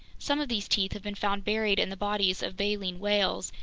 some of these teeth have been found buried in the bodies of baleen whales,